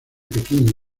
pekín